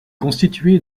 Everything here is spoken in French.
constitué